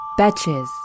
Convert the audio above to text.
Betches